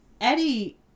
Eddie